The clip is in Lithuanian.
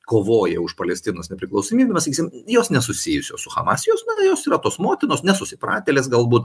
kovoja už palestinos nepriklausomybę mes sakysim jos nesusijusios su hamas jos na jos yra tos motinos nesusipratėlės galbūt